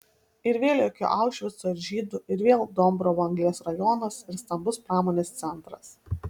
ir vėl jokio aušvico ir žydų ir vėl dombrovo anglies rajonas ir stambus pramonės centras